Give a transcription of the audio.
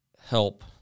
help